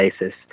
basis